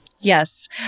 Yes